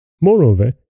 moreover